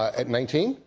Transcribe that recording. at nineteen?